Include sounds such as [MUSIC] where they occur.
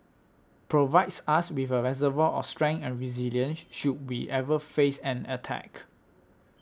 provides us with a reservoir of strength and resilience [NOISE] should we ever face an attack